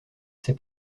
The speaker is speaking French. ses